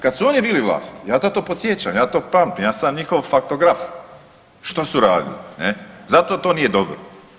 Kad su oni bili vlast, ja sad to podsjećam, ja to pamtim, ja sam njihov faktograf, što su radili ne, zato to nije dobro.